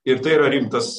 ir tai yra rimtas